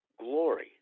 Glory